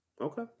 Okay